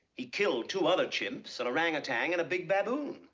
he killed two other chimps, an orangutan, and a big baboon.